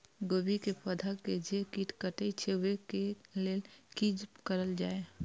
गोभी के पौधा के जे कीट कटे छे वे के लेल की करल जाय?